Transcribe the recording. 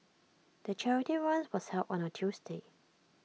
the charity run was held on A Tuesday